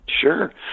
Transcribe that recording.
Sure